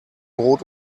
brot